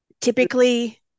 Typically